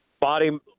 body